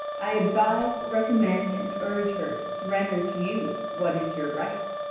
i advise, recommend, and urge her to surrender to you what is your right.